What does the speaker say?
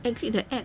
I click the app